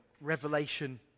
Revelation